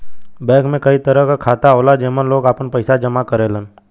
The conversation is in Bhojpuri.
बैंक में कई तरह क खाता होला जेमन लोग आपन पइसा जमा करेलन